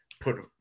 Put